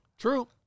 True